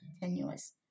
continuous